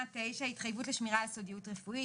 התחייבות לשמירה על סודיות רפואית.